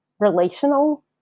relational